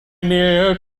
near